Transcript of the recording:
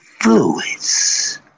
fluids